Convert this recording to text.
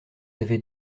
avez